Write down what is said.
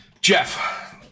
Jeff